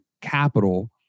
capital